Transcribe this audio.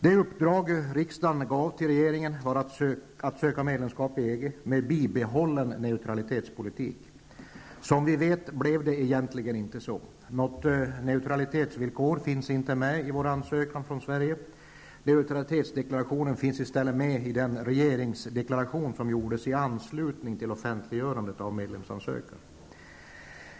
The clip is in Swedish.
Det uppdrag riksdagen gav till regeringen var att söka medlemskap i EG med bibehållen neutralitetspolitik. Som vi vet blev det egentligen inte så. Något neutralitetsvillkor finns inte med i Sveriges ansökan. Neutralitetsdeklarationen finns i stället med i den regeringsdeklaration som gjordes i anslutning till offentliggörandet av medlemsansökan.